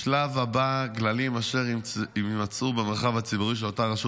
בשלב הבא גללים אשר יימצאו במרחב הציבורי של אותה רשות